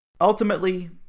Ultimately